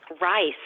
Rice